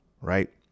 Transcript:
Right